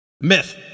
Myth